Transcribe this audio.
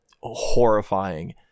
horrifying